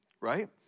right